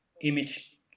image